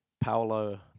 Paolo